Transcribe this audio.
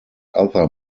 other